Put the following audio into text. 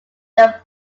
than